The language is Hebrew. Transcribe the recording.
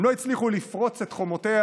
הם לא הצליחו לפרוץ את חומותיה